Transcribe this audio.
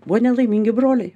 buvo nelaimingi broliai